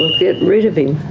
get rid of him.